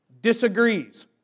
Disagrees